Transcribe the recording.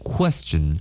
Question